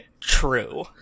true